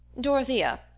Dorothea